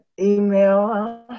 email